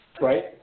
right